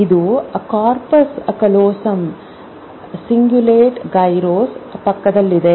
ಇದು corpus callosum cingulate gyrus ಪಕ್ಕದಲ್ಲಿದೆ